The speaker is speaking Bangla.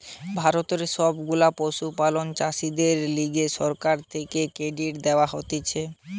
ভারতের সব গুলা পশুপালক চাষীদের লিগে সরকার থেকে ক্রেডিট দেওয়া হতিছে